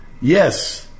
Yes